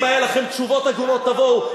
אם היו לכם תשובות הגונות, תבואו.